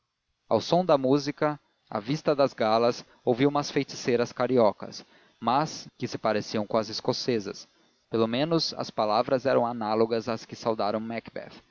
ao som da música à vista das galas ouvia umas feiticeiras cariocas que se pareciam com as escocesas pelo menos as palavras eram análogas às que saudaram